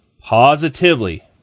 positively